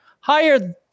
Higher